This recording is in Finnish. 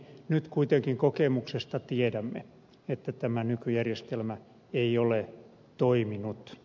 nyt kuitenkin kokemuksesta tiedämme että tämä nykyjärjestelmä ei ole toiminut